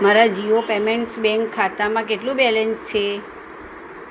મારા Jio payments bank ખાતામાં કેટલું બેલેન્સ છે